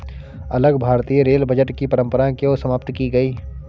अलग भारतीय rail budget की परंपरा क्यों समाप्त की गई?